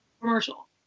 commercial